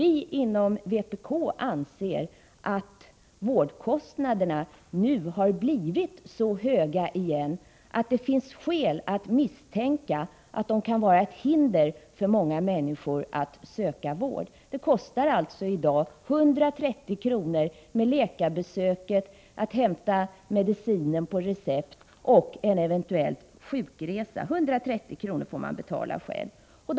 Vi inom vpk anser att vårdkostnaderna nu har blivit så höga igen att det finns skäl att misstänka att de kan vara ett hinder för många människor att söka vård. För läkarbesök, hämtning av medicin på recept och en eventuell sjukresa får man i dag själv betala 130 kr.